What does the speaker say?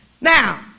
Now